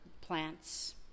plants